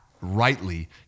rightly